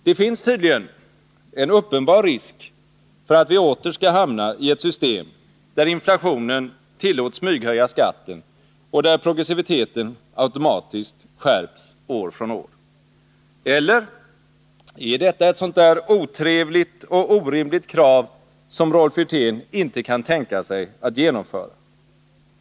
Det finns tydligen en uppenbar risk för att vi åter skall hamna i ett system, där inflationen tillåts smyghöja skatten och där progressiviteten automatiskt skärps år från år. Eller, är detta ett sådant där otrevligt och orimligt krav som Rolf Wirtén inte kan tänka sig att genomföra?